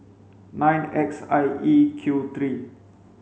nine X I E Q three